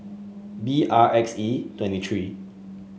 B R X E twenty three